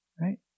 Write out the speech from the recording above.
right